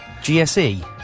GSE